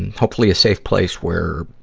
and hopefully a safe place where,